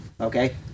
Okay